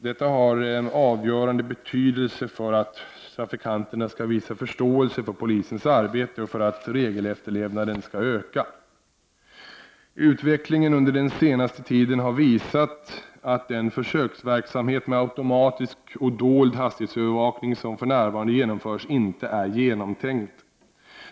Detta har avgörande betydelse för att trafikanterna skall visa förståelse för polisens arbete och för att regelefterlevnaden skall öka. Utvecklingen under den senaste tiden har visat att den försöksverksamhet med automatisk och dold hastighetsövervakning som för närvarande genomförs inte är genomtänkt.